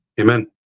amen